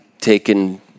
taken